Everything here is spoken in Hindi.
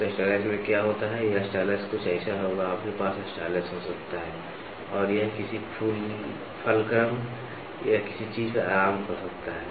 तो स्टाइलस में क्या होता है यह स्टाइलस कुछ ऐसा होगा आपके पास स्टाइलस हो सकता है और यह किसी फुलक्रम या किसी चीज़ पर आराम कर सकता है